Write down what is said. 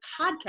podcast